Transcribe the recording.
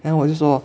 then 我就说